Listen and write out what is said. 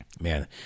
man